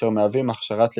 אשר מהווים "הכשרת לבבות".